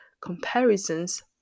comparisons